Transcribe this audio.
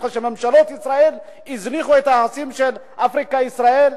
אחרי שממשלות ישראל הזניחו את יחסי אפריקה ישראל.